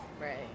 Right